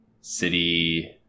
city